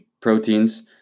proteins